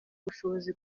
ubushobozi